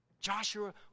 Joshua